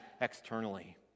externally